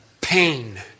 pain